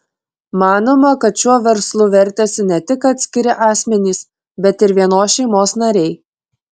manoma kad šiuo verslu vertėsi ne tik atskiri asmenys bet ir vienos šeimos nariai